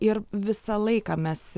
ir visą laiką mes